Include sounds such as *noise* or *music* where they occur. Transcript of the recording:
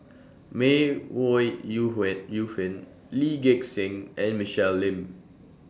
May Ooi Yu *unintelligible* Yu Fen Lee Gek Seng and Michelle Lim